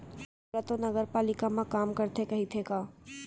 तोला तो नगरपालिका म काम करथे कहिथे का?